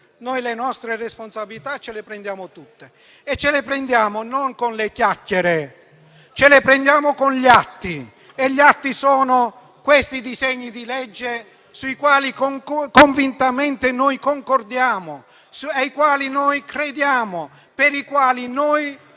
Noi le nostre responsabilità le prendiamo tutte e le prendiamo non con le chiacchiere, ma con gli atti. E gli atti sono questi disegni di legge, sui quali convintamente noi concordiamo, ai quali noi crediamo e per i quali ci spenderemo